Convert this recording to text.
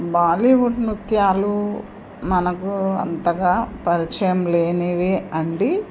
బాలీవుడ్ నృత్యాలు మనకు అంతగా పరిచయం లేనివి అండి